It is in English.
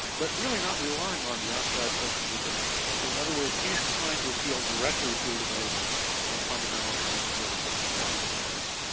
but really not relying on the outside social movement activists. so in other words, he's trying to appeal directly to the votes of fundamentalist and evangelical and pentecostal folks.